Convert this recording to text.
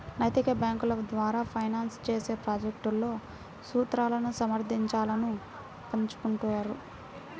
నైతిక బ్యేంకుల ద్వారా ఫైనాన్స్ చేసే ప్రాజెక్ట్లలో సూత్రాలను సమర్థించాలను పంచుకుంటారు